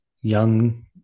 young